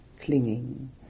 clinging